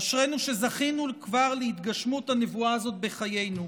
אשרינו שזכינו כבר להתגשמות הנבואה הזאת בחיינו.